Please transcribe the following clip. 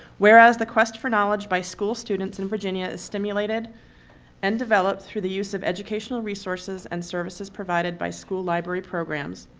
whereas the quest for knowledge by school students in virginia is stimulated and developed through the use of educational resources and services provided by school library programs.